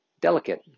delicate